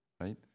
right